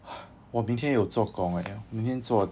我明天有做工 eh 明天做